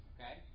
Okay